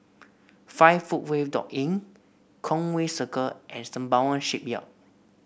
Five Footway dot Inn Conway Circle and Sembawang Shipyard